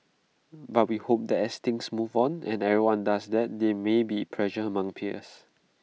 but we hope that as things move on and everyone does that there may be pressure among peers